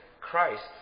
Christ